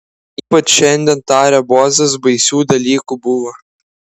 ypač šiandien tarė bozas baisių dalykų buvo